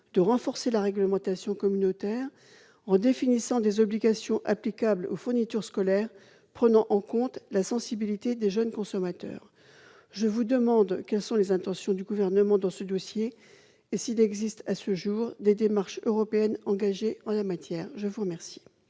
de renforcer la réglementation communautaire, en définissant des obligations applicables aux fournitures scolaires, prenant en compte la sensibilité des jeunes consommateurs. Je vous demande de bien vouloir me préciser les intentions du Gouvernement dans ce dossier. Existe-t-il, à ce jour, des démarches européennes engagées en la matière ? La parole